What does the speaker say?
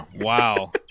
Wow